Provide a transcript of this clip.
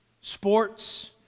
sports